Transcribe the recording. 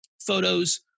photos